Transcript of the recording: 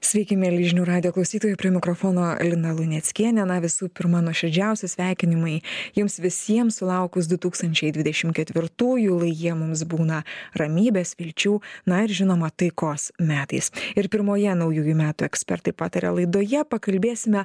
sveiki mieli žinių radijo klausytojai prie mikrofono lina luneckienė na visų pirma nuoširdžiausi sveikinimai jums visiems sulaukus du tūkstančiai dvidešimt ketvirtųjų lai jie mums būna ramybės vilčių na ir žinoma taikos metais ir pirmoje naujųjų metų ekspertai pataria laidoje pakalbėsime